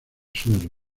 suelo